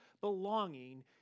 belonging